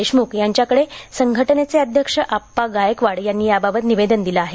देशमुख यांच्याकडे संघटनेचे अध्यक्ष आप्पा गायकवाड यांनी याबाबत निवेदन दिले आहे